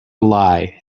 lie